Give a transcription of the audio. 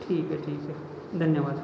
ठीक आहे ठीक आहे धन्यवाद